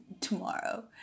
tomorrow